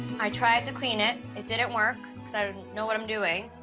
i tried to clean it. it didn't work cause i didn't know what i'm doing.